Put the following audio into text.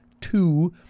two